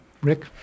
Rick